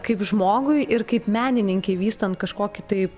kaip žmogui ir kaip menininkei vystant kažkokį tai